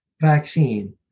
vaccine